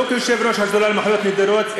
לא כיושב-ראש השדולה למחלות נדירות,